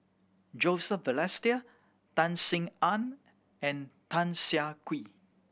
Joseph Balestier Tan Sin Aun and Tan Siah Kwee